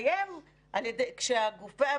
שאני צריך תקציב לטפל נפשית בילד בן שנתיים וילד בן ארבע.